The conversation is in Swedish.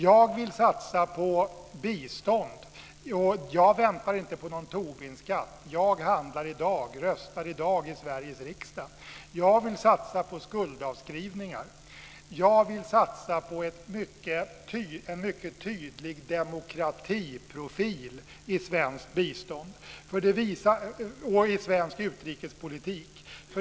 Jag vill satsa på bistånd. Jag väntar inte på någon Tobinskatt. Jag handlar i dag och röstar nu i Sveriges riksdag. Jag vill satsa på skuldavskrivningar. Jag vill satsa på en mycket tydlig demokratiprofil i svenskt bistånd och i svensk utrikespolitik.